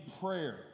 prayer